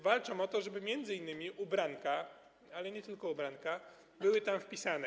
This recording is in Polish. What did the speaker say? Walczymy o to, żeby m.in. ubranka, ale nie tylko ubranka, były tam wpisane.